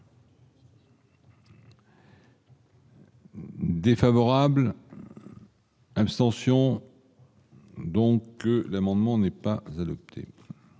Défavorable. Abstentions. Donc l'amendement n'est pas adopté